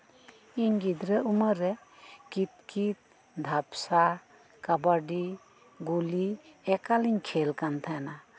ᱤᱧ ᱜᱤᱫᱽᱨᱟᱹ ᱩᱢᱮᱹᱨ ᱨᱮ ᱠᱤᱛᱼᱠᱤᱛ ᱫᱷᱟᱯᱥᱟ ᱠᱟᱵᱟᱰᱤ ᱜᱩᱞᱤ ᱮᱠᱟᱞᱤᱧ ᱠᱷᱮᱹᱞ ᱠᱟᱱ ᱛᱟᱸᱦᱮᱱᱟ